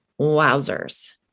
Wowzers